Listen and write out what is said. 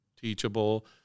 teachable